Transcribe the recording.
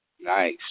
Nice